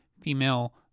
female